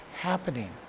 happening